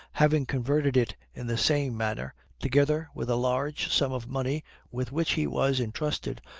having converted it in the same manner, together with a large sum of money with which he was intrusted,